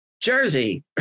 Jersey